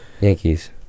Yankees